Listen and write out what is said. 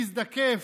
מזדקף.